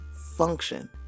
function